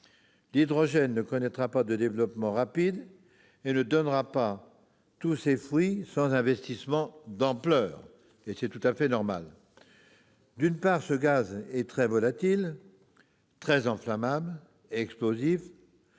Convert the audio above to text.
L'hydrogène ne connaîtra pas de développement rapide et ne donnera pas tous ses fruits sans investissements d'ampleur, et c'est tout à fait normal. D'une part, ce gaz est très volatil, très inflammable et explosif,